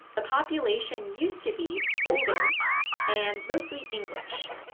the population used to be older and mostly english,